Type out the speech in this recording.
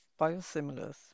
biosimilars